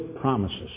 promises